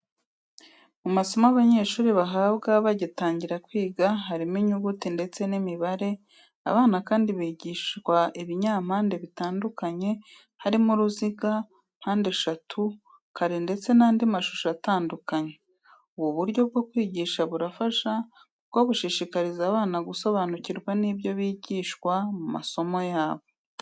Mu masomo abanyeshuri bahabwa bagitangira kwiga habamo inyuguti ndetse n'imibare. Abana kandi bigishwa ibinyampande bitandukanye, harimo uruziga, mpandeshatu, kare ndetse n'andi mashusho atandukanye. Ubu buryo bwo kwigisha burafasha kuko bushishikariza abana gusobanukirwa n'ibyo bigishwa mu masomo yabo.